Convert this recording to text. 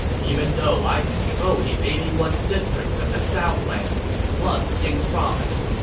even though i control the eighty one districts of the southlands, plus jing province,